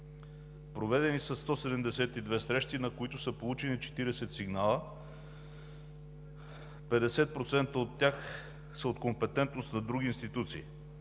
Проведени са 172 срещи, на които са получени 40 сигнала, 50% от тях са от компетентност на други институции.